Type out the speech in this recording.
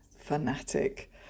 fanatic